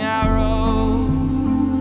arrows